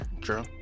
true